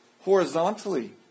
horizontally